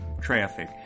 traffic